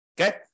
Okay